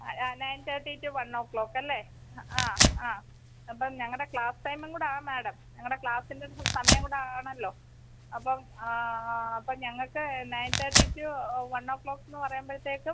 ആ nine thirty to one o'clock അല്ലേ ആ ആ അപ്പം ഞങ്ങളുടെ ക്ലാസ് ടൈമും കൂടെയാ മാഡം ഞങ്ങളുടെ ക്ലാസ്സിൻ്റെ സമയം കൂടെ ആണല്ലോ അപ്പം ആ ആ അപ്പം ഞങ്ങൾക്ക് nine thirty to one o'clock എന്ന് പറയുമ്പഴത്തേക്കും